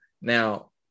Now